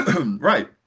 right